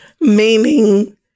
meaning